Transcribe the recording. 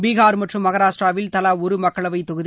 பீஹார் மற்றும் மகராஷ்டிராவில் தவா ஒரு மக்களவை தொகுதி